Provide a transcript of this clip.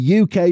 UK